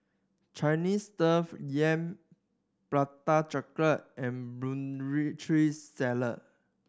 Chinese Yam Prata Chocolate and Putri Salad